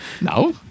No